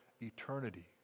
eternity